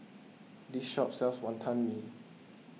this shop sells Wonton Mee